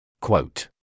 Quote